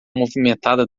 movimentada